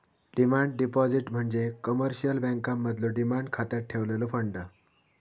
demand deposit म्हणजे commercial बँकांमधलो demand खात्यात ठेवलेलो फंड